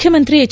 ಮುಖ್ಯಮಂತ್ರಿ ಎಚ್